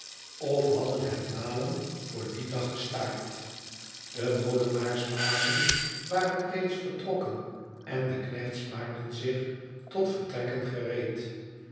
of hadden het malen voor dien dag gestaakt de molenaarsbazen waren reeds vertrokken en de knechts maakten zich tot vertrekken gereed